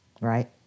Right